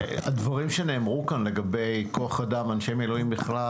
הדברים שנאמרו כאן לגבי כוח אדם אנשי מילואים בכלל,